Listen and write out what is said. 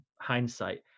hindsight